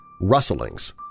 rustlings